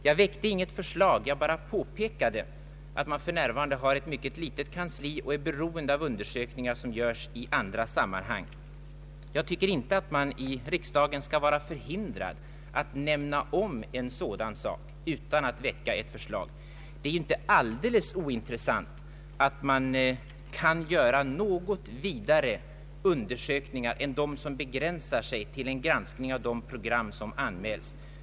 Jag väckte inget förslag, jag bara påpekade att man för närvarande har ett mycket litet kansli och är beroende av undersökningar som görs i andra sammanhang. Jag tycker inte att man i riksdagen skall vara förhindrad att nämna om en sådan sak. Det är inte alldeles ointressant att man kan göra något vidare undersökningar än de som begränsar sig till en granskning av de program som anmäls.